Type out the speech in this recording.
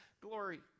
glory